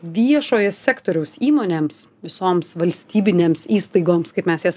viešojo sektoriaus įmonėms visoms valstybinėms įstaigoms kaip mes jas